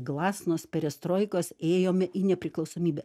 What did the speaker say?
glasnos perestroikos ėjome į nepriklausomybę